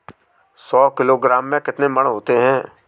सौ किलोग्राम में कितने मण होते हैं?